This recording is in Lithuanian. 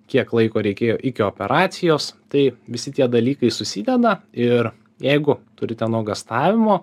kiek laiko reikėjo iki operacijos tai visi tie dalykai susideda ir jeigu turite nuogąstavimų